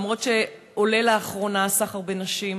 למרות שלאחרונה עולה הסחר בנשים,